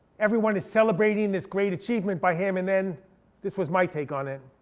everyone is celebrating this great achievement by him. and then this was my take on it.